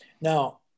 Now